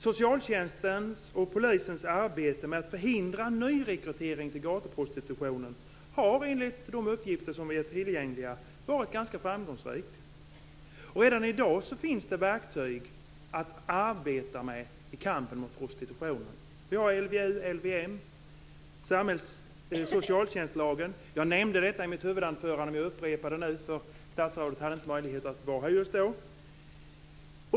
Socialtjänstens och polisens arbete med att förhindra nyrekrytering till gatuprostitutionen har enligt de uppgifter som är tillgängliga varit ganska framgångsrikt. Redan i dag finns det verktyg att arbeta med i kampen mot prostitutionen. Vi har LVU, LVM och socialtjänstlagen. Jag nämnde detta i mitt huvudanförande, men jag upprepar det nu eftersom statsrådet inte hade möjlighet att vara här just då.